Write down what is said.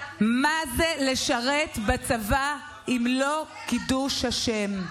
מה זה לשרת בצבא אם לא קידוש השם?